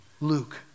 Luke